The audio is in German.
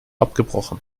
abgebrochen